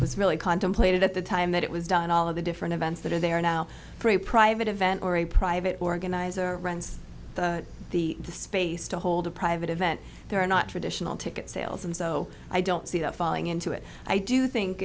was really contemplated at the time that it was done all of the different events that are there now for a private event or a private organizer runs the space to hold a private event there are not traditional ticket sales and so i don't see that falling into it i do think